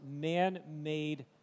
man-made